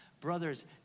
brothers